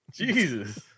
Jesus